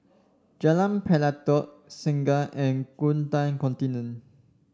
Jalan Pelatok Segar and Gurkha Contingent